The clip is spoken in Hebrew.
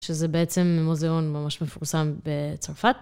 שזה בעצם מוזיאון ממש מפורסם בצרפת.